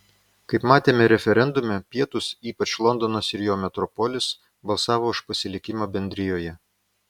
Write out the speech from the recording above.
kaip matėme referendume pietūs ypač londonas ir jo metropolis balsavo už pasilikimą bendrijoje